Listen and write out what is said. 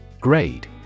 Grade